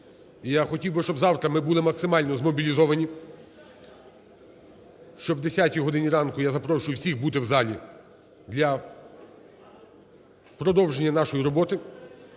я хотів би, щоб завтра ми були максимально змобілізовані. О 10 годині ранку я запрошую всіх бути в залі для продовження нашої роботи.